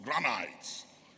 granites